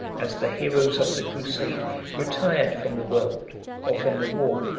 as the heroes of the crusade retired from the world or from the war.